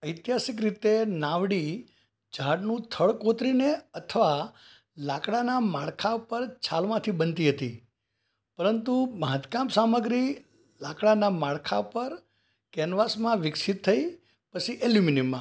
ઐતિહાસિક રીતે નાવડી ઝાડનું થડ કોતરીને અથવા લાકડાનાં માળખા ઉપર છાલમાંથી બનતી હતી પરંતુ બાંધકામ સામગ્રી લાકડાનાં માળખા પર કેનવાસમાં વિકસિત થઈ પછી એલ્યુમિનિયમમાં